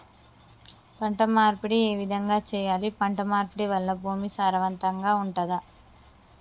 పంట మార్పిడి ఏ విధంగా చెయ్యాలి? పంట మార్పిడి వల్ల భూమి సారవంతంగా ఉంటదా?